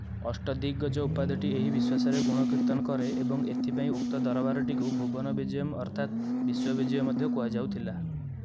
ଅଷ୍ଟଦିଗ୍ଗଜ ଉପାଧିଟି ଏହି ବିଶ୍ୱାସର ଗୁଣକୀର୍ତ୍ତନ କରେ ଏବଂ ଏଥିପାଇଁ ଉକ୍ତ ଦରବାରଟିକୁ ଭୁବନ ବିଜୟମ୍ ଅର୍ଥାତ୍ ବିଶ୍ୱ ବିଜୟ ମଧ୍ୟ କୁହାଯାଉଥିଲା